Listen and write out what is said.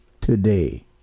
today